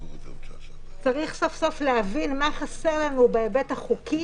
צריך להבין מה חסר לנו בהיבט החוקי,